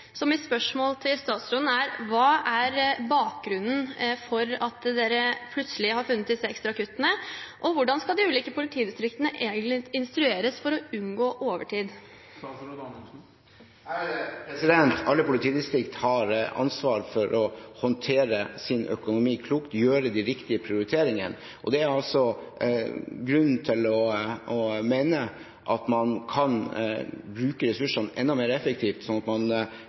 Mitt spørsmål til statsråden er: Hva er bakgrunnen for at man plutselig har gjort disse ekstra kuttene, og hvordan skal de ulike politidistriktene instrueres for å unngå overtid? Alle politidistrikt har ansvar for å håndtere sin økonomi klokt og gjøre de riktige prioriteringene, og det er grunn til å mene at man kan bruke ressursene enda mer effektivt, slik at man